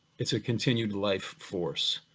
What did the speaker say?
it's a continued life force.